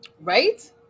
right